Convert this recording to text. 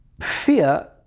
Fear